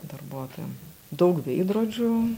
darbuotojam daug veidrodžių